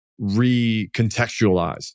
recontextualize